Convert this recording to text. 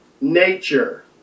nature